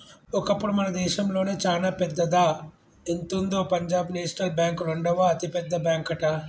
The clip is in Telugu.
ఒకప్పుడు మన దేశంలోనే చానా పెద్దదా ఎంతుందో పంజాబ్ నేషనల్ బ్యాంక్ రెండవ అతిపెద్ద బ్యాంకట